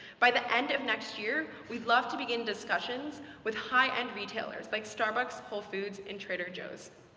by the end of next year, we'd love to begin discussions with high-end retailers, like starbucks, whole foods, and trader joe's.